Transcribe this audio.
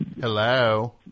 Hello